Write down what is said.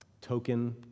Token